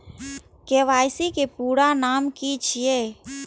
KYC के पूरा नाम की छिय?